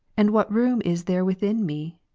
and what room is there within me,